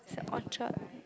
it's at Orchard